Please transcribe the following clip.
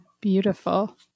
beautiful